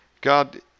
God